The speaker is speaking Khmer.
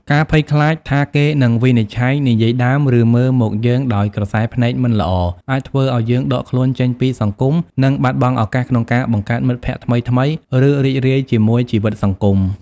ការភ័យខ្លាចថាគេនឹងវិនិច្ឆ័យ និយាយដើម ឬមើលមកយើងដោយក្រសែភ្នែកមិនល្អ អាចធ្វើឱ្យយើងដកខ្លួនចេញពីសង្គម និងបាត់បង់ឱកាសក្នុងការបង្កើតមិត្តភក្តិថ្មីៗ ឬរីករាយជាមួយជីវិតសង្គម។